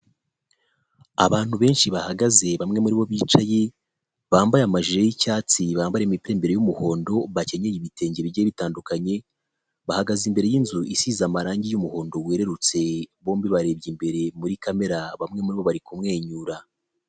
Abantu benshi bahagaze bamwe muribo bicaye bambaye amajire y'icyatsi bambara imipira imbere y'umuhondo ,bakenyeye ibitenge bigiye bitandukanye bahagaze, imbere yinzu isize amarangi y'umuhondo wererutse ,bombi barebye imbere muri kamera bamwe muribo bari kumwenyura.